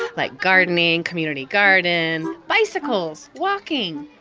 like gardening, community garden, bicycles, walking,